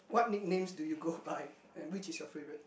what nickname did you go and which is your favorite